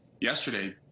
yesterday